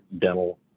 dental